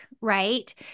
right